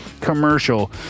commercial